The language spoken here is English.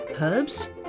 herbs